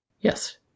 Yes